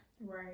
right